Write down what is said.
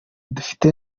dufite